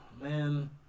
man